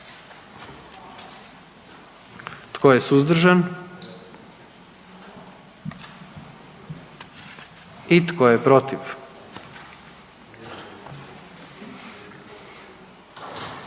Tko je suzdržan? I tko je protiv?